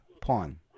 pawn